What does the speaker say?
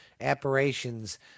apparitions